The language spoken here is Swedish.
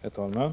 Herr talman!